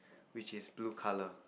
which is blue colour